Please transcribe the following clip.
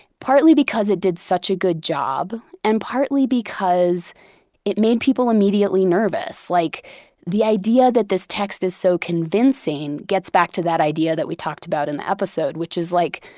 partly because it did such a good job. and partly because it made people immediately nervous, like the idea that this text is so convincing gets back to that idea that we talked about in the episode, which is like,